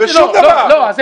עכשיו הם